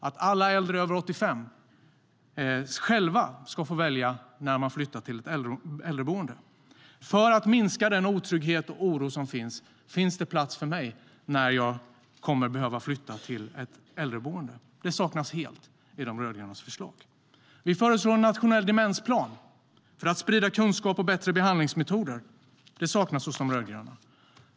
Alla över 85 ska själva få välja när de ska flytta till ett äldreboende för att minska den otrygghet och den oro som finns - finns det plats för mig när jag kommer att behöva flytta till ett äldreboende? Det saknas helt i de rödgrönas förslag. Vi föreslår en nationell demensplan för att sprida kunskap och bättre behandlingsmetoder. Det saknas hos de rödgröna.